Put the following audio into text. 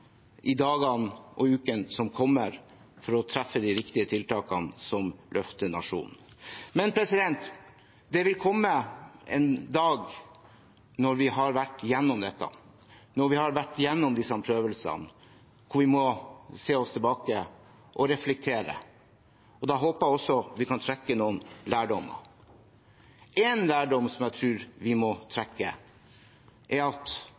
i dagene og ukene som kommer, for å treffe de riktige tiltakene som løfter nasjonen. Men det vil komme en dag da vi har vært igjennom dette, da vi har vært igjennom disse prøvelsene, hvor vi må se oss tilbake og reflektere. Da håper jeg også at vi kan trekke noen lærdommer. Én lærdom som jeg tror vi må trekke, er at